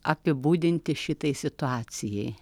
apibūdinti šitai situacijai